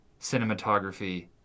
cinematography